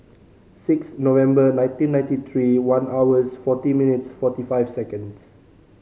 six November nineteen ninety three one hours forty minutes forty five seconds